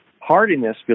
hardiness